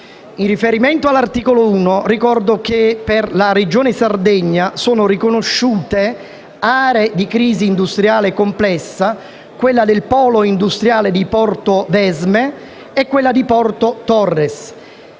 In riferimento all'articolo 1, ricordo che per la Regione Sardegna sono riconosciute «aree di crisi industriale complessa» quella del polo industriale di Portovesme e quella di Porto Torres.